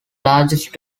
largest